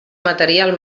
material